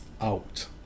out